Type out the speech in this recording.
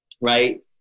right